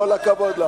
כל הכבוד.